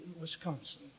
Wisconsin